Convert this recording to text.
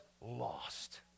lost